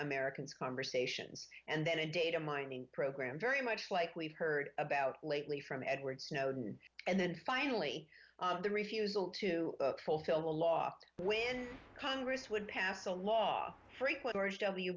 americans conversations and then a data mining program very much like we've heard about lately from edward snowden and then finally the refusal to fulfill the law when congress would pass a law frequent large w